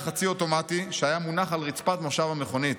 חצי-אוטומטי שהיה מונח על רצפת מושב המכונית.